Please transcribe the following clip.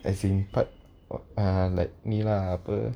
as in part uh like me lah apa